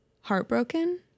heartbroken